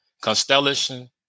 Constellation